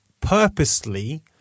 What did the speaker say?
purposely